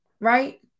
Right